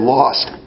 lost